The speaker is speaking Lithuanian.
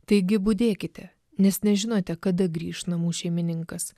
taigi budėkite nes nežinote kada grįš namų šeimininkas